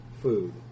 food